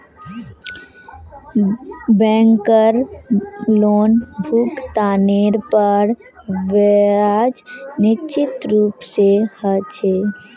बैंकेर लोनभुगतानेर पर ब्याज निश्चित रूप से ह छे